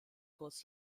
kurz